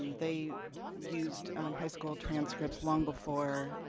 they used um high school transcripts long before,